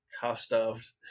half-starved